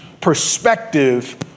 perspective